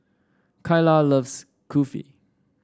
Keila loves Kulfi